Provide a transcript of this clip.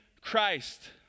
Christ